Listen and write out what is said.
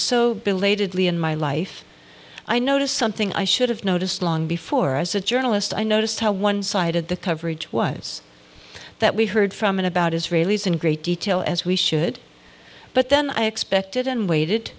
belatedly in my life i noticed something i should have noticed long before as a journalist i noticed how one sided the coverage was that we heard from and about israelis in great detail as we should but then i expected and waited